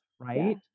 Right